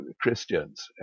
Christians